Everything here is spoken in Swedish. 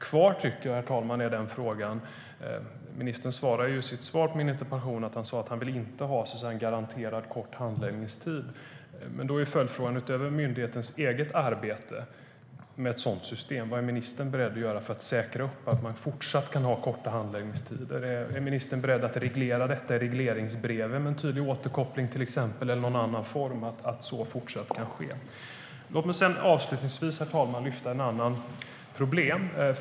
Ministern sade i interpellationssvaret att han inte vill ha en garanterad kort handläggningstid. Då har jag en följdfråga. Vad är ministern beredd att göra, utöver myndighetens eget arbete med ett sådant system, för att säkra att man fortsatt kan ha korta handläggningstider? Är ministern beredd att reglera detta i regleringsbrev med en tydlig återkoppling eller någon annan form att så fortsatt kan ske? Jag ska lyfta fram ett annat problem.